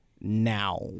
now